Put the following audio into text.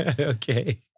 okay